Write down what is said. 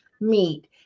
meat